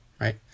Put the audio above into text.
right